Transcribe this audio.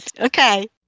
Okay